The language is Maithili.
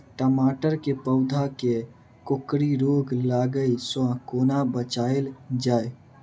टमाटर केँ पौधा केँ कोकरी रोग लागै सऽ कोना बचाएल जाएँ?